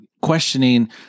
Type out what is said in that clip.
questioning